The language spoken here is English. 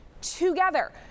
together